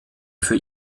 für